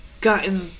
gotten